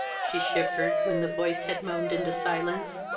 she shivered, when the voice had moaned into silence.